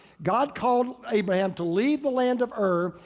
god called abraham to leave the land of ur,